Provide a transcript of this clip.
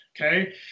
Okay